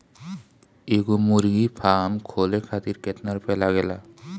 एगो मुर्गी फाम खोले खातिर केतना रुपया लागेला?